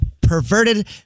perverted